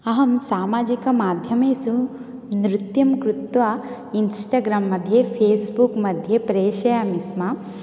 अहं सामाजिकमाध्यमेषु नृत्यं कृत्वा इन्स्टाग्राम् मध्ये फेस्बुक् मध्ये प्रेषयामि स्म